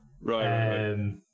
Right